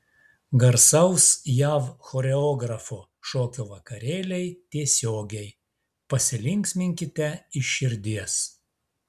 garsaus jav choreografo šokio vakarėliai tiesiogiai pasilinksminkite iš širdies